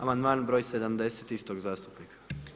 Amandman br. 70. istog zastupnika.